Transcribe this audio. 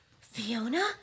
Fiona